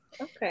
Okay